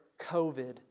COVID